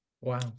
Wow